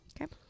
Okay